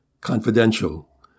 confidential